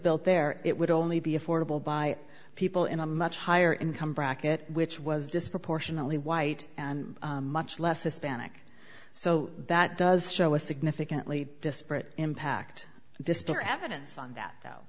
built there it would only be affordable by people in a much higher income bracket which was disproportionately white and much less hispanic so that does show a significantly disparate impact disturbing evidence on that though